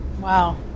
wow